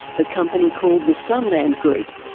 the company called the sunland group,